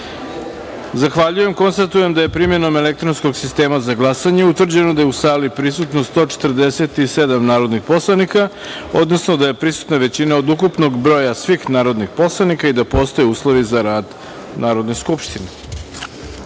jedinice. Zahvaljujem. Konstatujem da je, primenom elektronskog sistema za glasanje, utvrđeno da je u sali prisutno 147 narodnih poslanika, odnosno da je prisutna većina od ukupnog broja svih narodnih poslanika i da postoje uslovi za rad Narodne